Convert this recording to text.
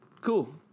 Cool